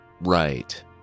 right